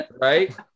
Right